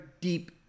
deep